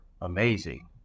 amazing